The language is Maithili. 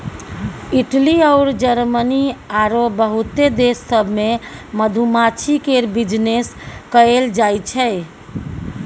इटली अउर जरमनी आरो बहुते देश सब मे मधुमाछी केर बिजनेस कएल जाइ छै